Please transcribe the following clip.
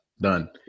Done